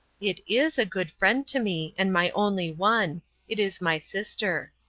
it is a good friend to me, and my only one it is my sister.